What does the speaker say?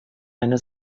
eine